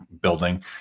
building